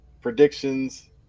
predictions